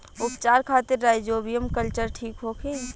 उपचार खातिर rhizobium culture ठीक होखे?